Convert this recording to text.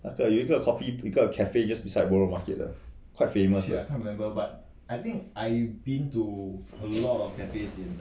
那个有一个 coffee 有一个 cafe just beside borough market 的 quite